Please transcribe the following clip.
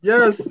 Yes